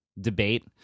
debate